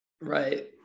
right